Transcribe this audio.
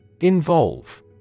Involve